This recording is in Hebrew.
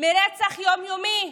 מרצח יום-יומי,